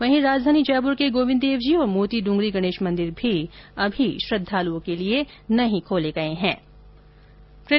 वहीं राजधानी जयपुर के गोविन्द देव जी और मोती डूंगरी गणेश मंदिर भी अभी श्रद्दालुओं के लिये नहीं खोले जायेंगे